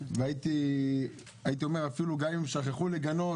והייתי אומר אפילו שגם אם שכחו לגנות,